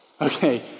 Okay